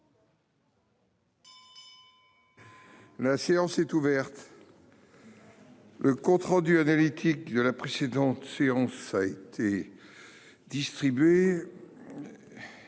La séance est ouverte. Le compte rendu analytique de la précédente séance a été distribué.